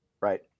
Right